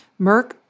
Merck